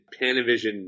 panavision